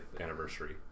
anniversary